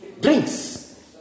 drinks